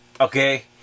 Okay